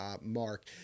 mark